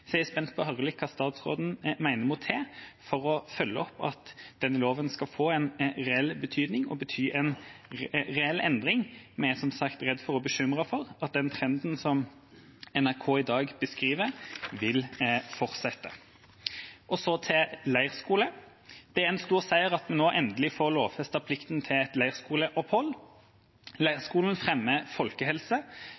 Så jeg er spent på å høre hva statsråden mener må til for å følge opp dette, slik at denne loven skal få en reell betydning og vil bety en reell endring. Vi er som sagt redd og bekymret for at den trenden som NRK i dag beskriver, vil fortsette. Så til leirskoler: Det er en stor seier at vi nå endelig får lovfestet plikten til et leirskoleopphold.